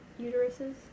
uteruses